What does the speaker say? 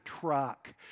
truck